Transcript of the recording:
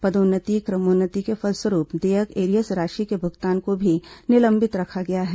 पदोन्नति क्रमोन्नति के फलस्वरूप देयक एरियर्स राशि के भुगतान को भी निलंबित रखा गया है